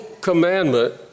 commandment